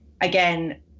again